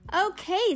Okay